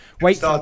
wait